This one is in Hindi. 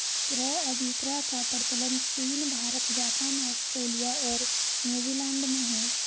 क्रय अभिक्रय का प्रचलन चीन भारत, जापान, आस्ट्रेलिया और न्यूजीलैंड में है